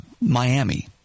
Miami